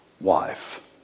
wife